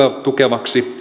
tukevaksi